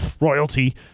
royalty